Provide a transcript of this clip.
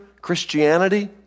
Christianity